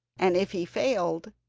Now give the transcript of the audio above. and if he failed,